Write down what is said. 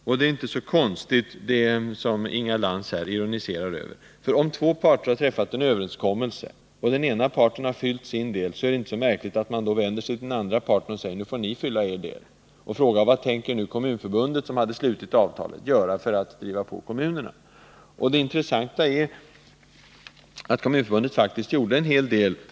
Inga Lantz ironiserar över detta, men om en part har uppfyllt sin del av en överenskommelse som träffats, så är det ju inte så märkligt att man vänder sig till den andra parten och säger att den får uppfylla sin del. Regeringen hade slutit ett avtal med Kommunförbundet, och vi frågade i det läget vad Kommunförbundet tänkte göra för att driva på kommunerna. Det intressanta äratt Kommunförbundet då faktiskt gjorde en hel del.